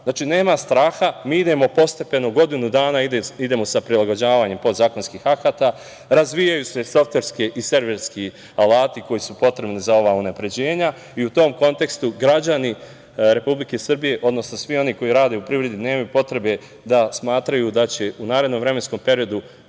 Znači, nema straha, mi idemo postepeno godinu dana sa prilagođavanjem podzakonskih akata, razvijaju se softverski i serverski alati koji su potrebni za ova unapređenja i u tom kontekstu građani Republike Srbije, odnosno svi oni koji rade u privredi nemaju potrebe da smatraju da će u narednom vremenskom periodu,